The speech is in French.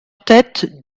tête